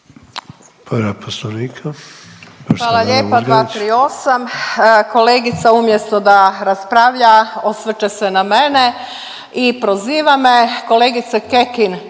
Hvala lijepa. 238. kolegica umjesto da raspravlja osvrće se na mene i proziva me.